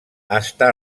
està